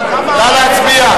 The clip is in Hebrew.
העבודה),